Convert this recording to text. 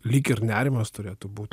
lyg ir nerimas turėtų būt